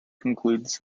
concludes